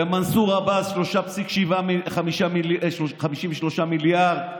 למנסור עבאס 53.3 מיליארד.